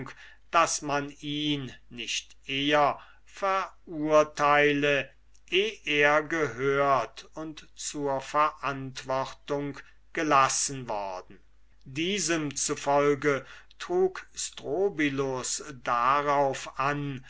daß man ihn nicht eher verurteile eh er gehört und zur verantwortung gelassen worden strobylus trug also darauf an